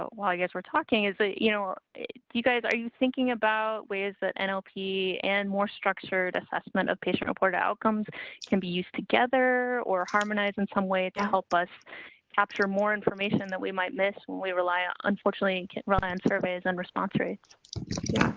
well, i guess we're talking as ah you know you guys are you thinking about ways that and and more structured assessment of patient reported outcomes can be used together or harmonize in some way to help us capture more information that we might miss when we rely on, unfortunately and run and surveys and response rates,